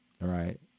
right